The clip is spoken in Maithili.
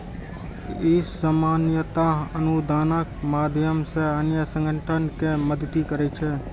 ई सामान्यतः अनुदानक माध्यम सं अन्य संगठन कें मदति करै छै